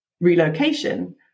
relocation